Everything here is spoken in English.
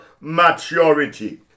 maturity